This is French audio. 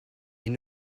est